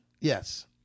Yes